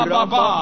Baba